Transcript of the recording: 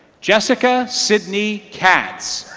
jessica sydney katz.